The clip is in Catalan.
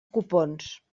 copons